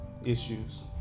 issues